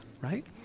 right